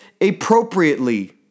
appropriately